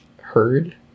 heard